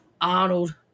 Arnold